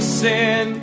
sin